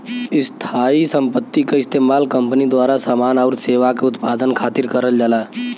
स्थायी संपत्ति क इस्तेमाल कंपनी द्वारा समान आउर सेवा के उत्पादन खातिर करल जाला